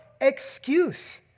excuse